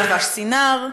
הוא לבש סינר,